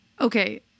Okay